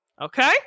okay